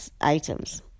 items